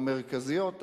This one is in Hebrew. המרכזיות,